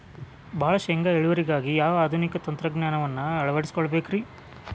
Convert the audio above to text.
ಭಾಳ ಶೇಂಗಾ ಇಳುವರಿಗಾಗಿ ಯಾವ ಆಧುನಿಕ ತಂತ್ರಜ್ಞಾನವನ್ನ ಅಳವಡಿಸಿಕೊಳ್ಳಬೇಕರೇ?